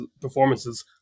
performances